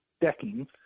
decking